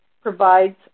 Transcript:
provides